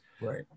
right